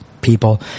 people